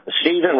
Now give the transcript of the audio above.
Stephen